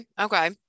okay